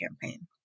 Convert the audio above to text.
campaign